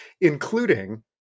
including